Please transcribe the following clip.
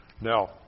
Now